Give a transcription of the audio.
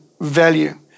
value